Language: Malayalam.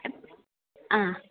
ആ